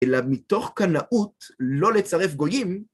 אלא מתוך קנאות לא לצרף גויים